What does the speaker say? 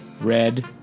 red